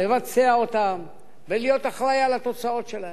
לבצע אותן ולהיות אחראי לתוצאות שלהן.